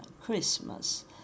Christmas